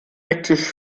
ecktisch